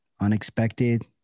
unexpected